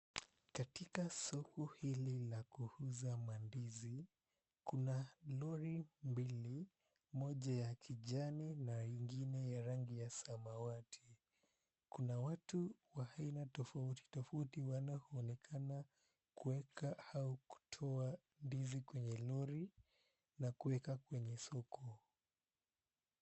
Katika soko hili la kuuza mandizi, kuna lori mbili moja ya kijani na ingine ya rangi ya samwati. Kuna watu wa aina tofauti tofauti wanaoonekana kuweka au kutoa mandizi kwenye lori ma kuweka kwenye soko.